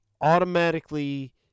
automatically